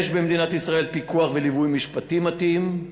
"יש במדינת ישראל פיקוח וליווי משפטי מתאים,